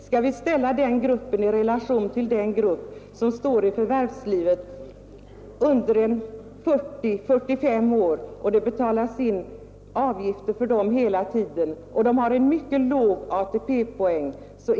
Skall vi ställa den här gruppen i relation till den grupp av människor som står i förvärvslivet under 40—45 år, som det betalas in avgifter för hela tiden och som har en mycket låg ATP-poäng?